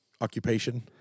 occupation